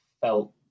felt